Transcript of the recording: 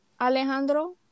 Alejandro